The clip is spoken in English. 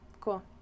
cool